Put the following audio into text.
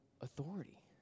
authority